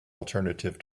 alternative